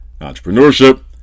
entrepreneurship